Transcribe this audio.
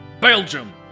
Belgium